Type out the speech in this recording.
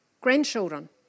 grandchildren